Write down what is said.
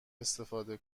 استفاده